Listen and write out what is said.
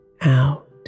out